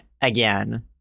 again